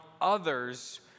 others